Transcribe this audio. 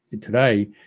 Today